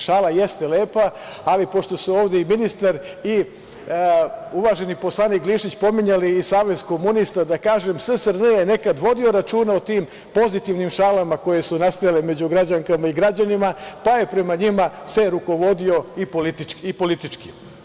Šala jeste lepa, ali pošto su ovde i ministar i uvaženi poslanik Glišić pominjali i Savez komunista, da kažem SSRN je nekada vodio računa o tim pozitivnim šalama koje su nastajale među građankama i građanima, pa se prema njima rukovodio i politički.